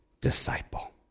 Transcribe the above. disciple